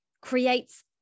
creates